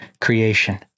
creation